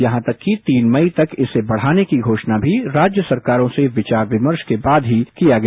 यहां तक कि तीन मई तक इसे बढ़ाने की घोषणा भी राज्य सरकारों से विचार विमर्श के बाद ही किया गया